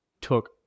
took